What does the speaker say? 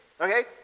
okay